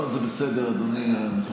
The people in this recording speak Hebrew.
לא, זה בסדר, אדוני, אנחנו לא נתחשבן.